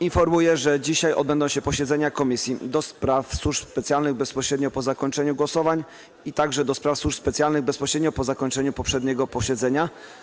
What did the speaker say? Informuję, że dzisiaj odbędą się posiedzenia Komisji: - do Spraw Służb Specjalnych - bezpośrednio po zakończeniu głosowań, - do Spraw Służb Specjalnych - bezpośrednio po zakończeniu poprzedniego posiedzenia.